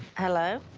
hello?